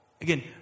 Again